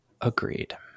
Agreed